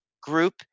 Group